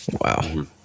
Wow